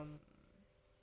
um